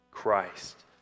Christ